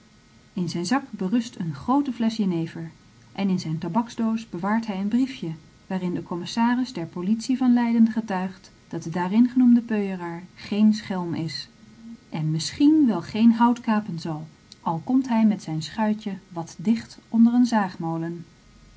in zijn zak berust een groote flesch jenever en in zijn tabaksdoos bewaart hij een briefje waarin de commissaris der politie van leiden getuigt dat de daarin genoemde peuëraar geen schelm is en misschien wel geen hout kapen zal al komt hij met zijn schuitje wat dicht onder een zaagmolen